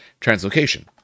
Translocation